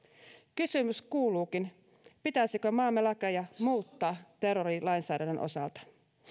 kysymys kuuluukin pitäisikö maamme lakeja muuttaa terrorilainsäädännön osalta